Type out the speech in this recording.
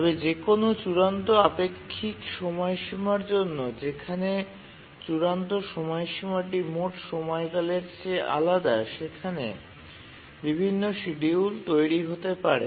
তবে যেকোনো চূড়ান্ত আপেক্ষিক সময়সীমার জন্য যেখানে চূড়ান্ত সময়সীমাটি মোট সময়কালের চেয়ে আলাদা সেখানে বিভিন্ন শিডিউল তৈরি হতে পারে